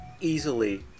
easily